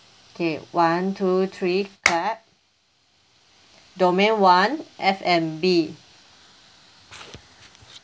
okay one two three clap domain one F&B